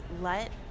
let